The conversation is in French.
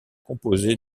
composé